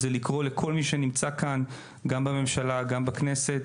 זה לקרוא לכל מי שנמצא גם בממשלה וגם בכנסת,